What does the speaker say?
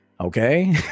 Okay